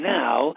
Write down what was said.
now